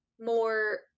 more